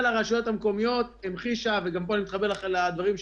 באמת רשויות חלשות יקרסו ולא יוכלו לספק שירותים ונחזור